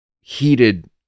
heated